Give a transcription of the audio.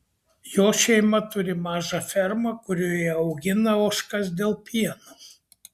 jos šeima turi mažą fermą kurioje augina ožkas dėl pieno